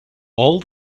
all